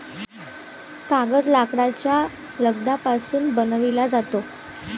कागद लाकडाच्या लगद्यापासून बनविला जातो